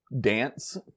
dance